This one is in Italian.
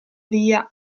via